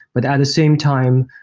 but at the same time,